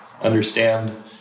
understand